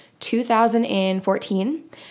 2014